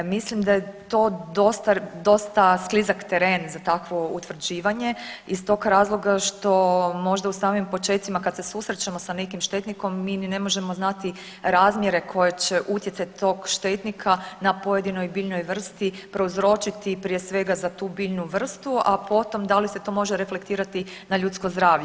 Mislim da je to dosta, dosta sklizak teren za takvo utvrđivanje iz tog razloga što možda u samim počecima kad se susrećemo sa nekim štetnikom mi ni ne možemo znati razmjere koje će utjecaj tog štetnika na pojedinoj biljnoj vrsti prouzročiti prije svega za tu biljnu vrstu, a potom da li se to može reflektirati na ljudsko zdravlje.